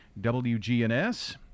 WGNS